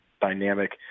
dynamic